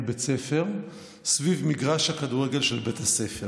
בית ספר סביב מגרש הכדורגל של בית הספר,